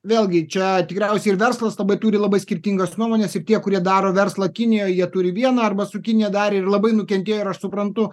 vėlgi čia tikriausiai ir verslas labai turi labai skirtingas nuomones ir tie kurie daro verslą kinijoj jie turi vieną arba su kinija dar ir labai nukentėjo ir aš suprantu